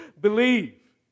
Believe